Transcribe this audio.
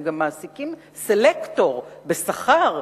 הם גם מעסיקים "סלקטור" בשכר,